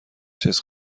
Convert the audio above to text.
چیز